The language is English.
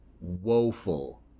woeful